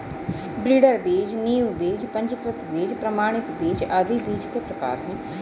breeder बीज, नींव बीज, पंजीकृत बीज, प्रमाणित बीज आदि बीज के प्रकार है